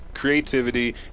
Creativity